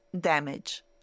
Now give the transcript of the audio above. damage